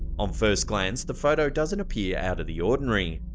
on first glance, the photo doesn't appear out of the ordinary,